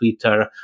Twitter